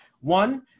One